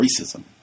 racism